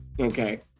Okay